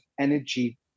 energy